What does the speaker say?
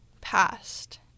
past